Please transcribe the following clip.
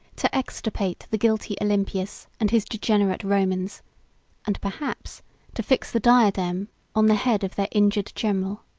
to extirpate the guilty olympius, and his degenerate romans and perhaps to fix the diadem on the head of their injured general.